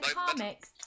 comics